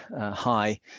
high